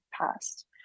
past